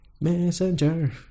Messenger